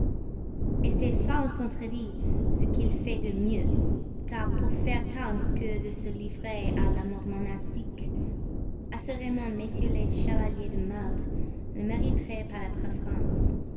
croyait c'est sans contredit ce qu'il fait de mieux car pour faire tant que de se livrer à l'amour monastique assurément mm les chevaliers de malte ne mériteraient pas la